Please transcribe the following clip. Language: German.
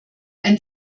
ein